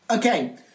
Okay